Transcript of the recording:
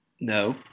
No